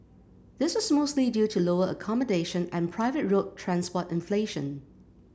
this was mostly due to lower accommodation and private road transport inflation